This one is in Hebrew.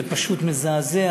זה פשוט מזעזע,